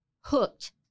hooked